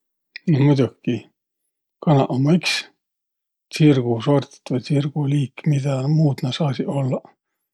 No muidoki, kanaq ummaq iks tsirgusort vai tsirguliik. Midä muud nä saasiq ollaq?